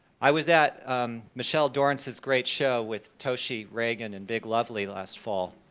i was at michelle dorrance's great show with toshi reagon and biglovely last fall,